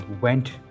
went